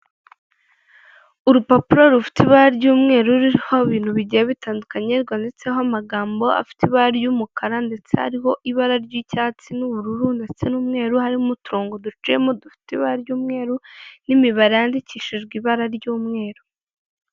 Urupapuro rufite ibara ry'umweru ruriho ibintu bigiye bitandukanye rwanditseho amagambo afite ibara ry'umukara ndetse hariho n'ibara ry'icyatsi n'ubururu ndetse n'umweru, harimo uturonko duciyemo dufite ibara ry'umweru n'imibare yandikishijwe ibara ry'umweru.